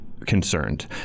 concerned